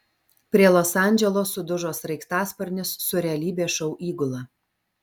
prie los andželo sudužo sraigtasparnis su realybės šou įgula